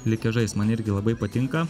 likęs žaist man irgi labai patinka